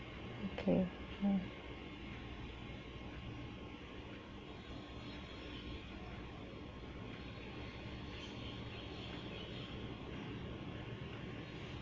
okay mm